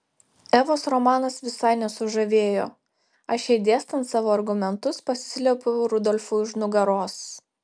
evos romanas visai nesužavėjo aš jai dėstant savo argumentus pasislėpiau rudolfui už nugaros